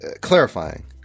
clarifying